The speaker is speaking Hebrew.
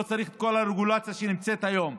לא צריך את כל הרגולציה שנמצאת היום.